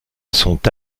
sont